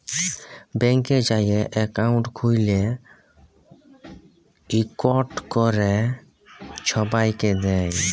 ব্যাংকে যাঁয়ে একাউল্ট খ্যুইলে ইকট ক্যরে ছবাইকে দেয়